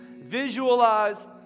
Visualize